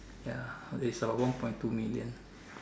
ya is about one point two million